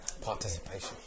participation